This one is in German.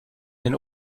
den